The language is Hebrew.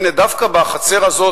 הנה דווקא בחצר הזאת,